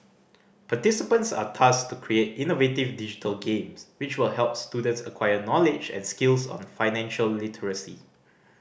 participants are tasked to create innovative digital games which will help students acquire knowledge and skills on financial literacy